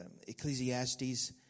Ecclesiastes